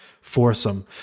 foursome